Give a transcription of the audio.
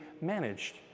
managed